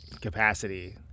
capacity